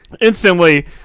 instantly